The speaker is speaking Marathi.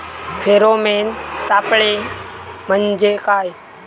फेरोमेन सापळे म्हंजे काय?